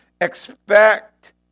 expect